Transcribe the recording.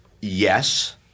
yes